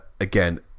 again